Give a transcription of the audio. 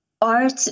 art